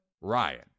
Ryan